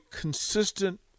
consistent